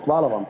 Hvala vam.